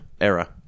Era